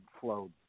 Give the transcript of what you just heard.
flow